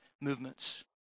movements